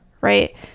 right